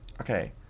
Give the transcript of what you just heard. okay